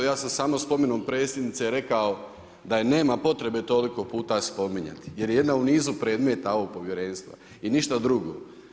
Ja sam spomenom Predsjednice rekao da je nema potrebe toliko potrebe spominjati jer je jedna u nizu predmeta ovog povjerenstva i ništa drugo.